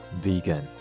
Vegan